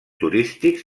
turístics